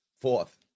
Fourth